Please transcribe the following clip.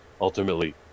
ultimately